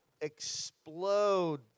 explode